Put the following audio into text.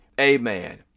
Amen